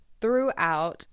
throughout